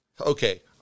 okay